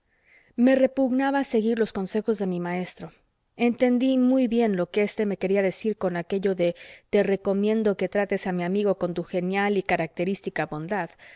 me repugnaba seguir los consejos de mi maestro entendí muy bien lo que éste me quería decir con aquello de te recomiendo que trates a mi amigo con tu genial y característica bondad